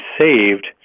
saved